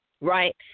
right